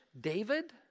David